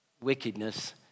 wickedness